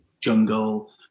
jungle